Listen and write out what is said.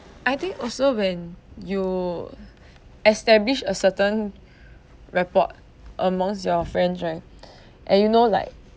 I think also when you establish a certain rapport amongst your friends right and you know like